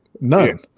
none